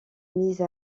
mise